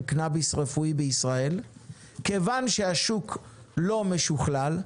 קנאביס הרפואי בישראל כיוון שהשוק לא משוכלל,